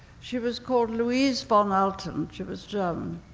she was called louise van alton, she was german.